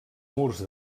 murs